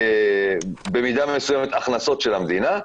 במידה מסוימת הכנסות של המדינה,